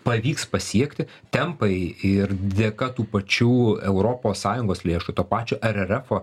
pavyks pasiekti tempai ir dėka tų pačių europos sąjungos lėšų to pačio ererefo